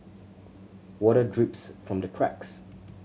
water drips from the cracks